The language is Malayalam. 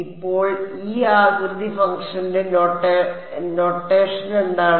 അപ്പോൾ ഈ ആകൃതി ഫംഗ്ഷന്റെ നൊട്ടേഷൻ എന്താണ്